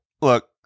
Look